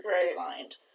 designed